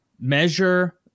measure